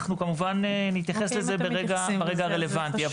אנחנו כמובן נתייחס לזה ברגע הרלוונטי.